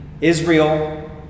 Israel